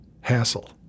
hassle